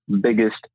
biggest